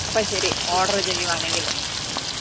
അപ്പോൾ ശരി ഓർഡർ ചെയ്യുവാണെങ്കിൽ